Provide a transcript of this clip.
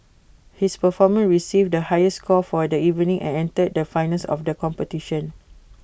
his performance received the highest score for the evening and entered the finals of the competition